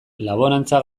laborantza